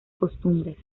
costumbres